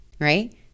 right